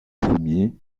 premier